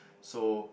so